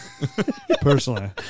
personally